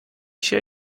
się